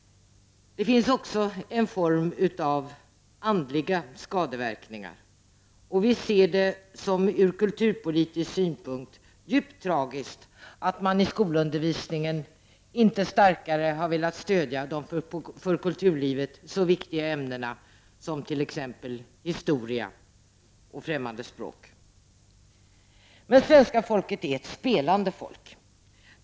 Det finns också en form av andliga skadeverkningar. Vi ser det ur kulturpolitisk synpunkt djupt tragiskt att man i skolundervisningen inte starkare har velat stödja de för kulturlivet så viktiga ämnena, t.ex. historia och främmande språk. Svenska folket är ett spelande folk.